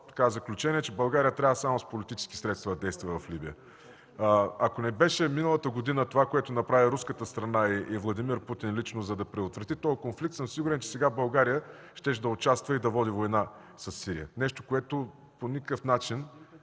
до заключението, че България трябва само с политически средства да действа. Ако не беше миналата година това, което направи руската страна и лично Владимир Путин, за да предотврати този конфликт, съм сигурен, че сега България щеше да участва и да води война със Сирия. Нещо, което по никакъв начин